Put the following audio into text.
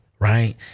Right